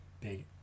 big